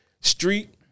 Street